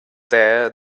there